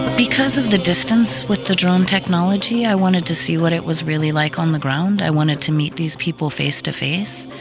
because of the distance with the drone technology, i wanted to see what it was really like on the ground. i wanted to meet these people face to face.